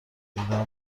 ایده